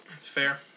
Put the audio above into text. Fair